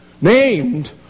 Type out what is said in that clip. named